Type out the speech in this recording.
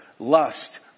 Lust